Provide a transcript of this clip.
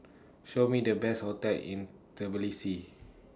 Show Me The Best hotels in Tbilisi